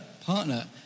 partner